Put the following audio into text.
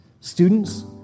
students